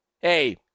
Hey